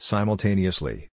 Simultaneously